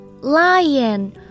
lion